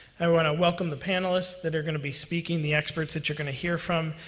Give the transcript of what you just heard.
i want to welcome the panelists that are going to be speaking, the experts that you're going to hear from,